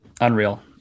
unreal